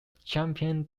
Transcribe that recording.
champion